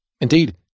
Indeed